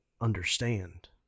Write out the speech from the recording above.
understand